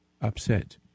upset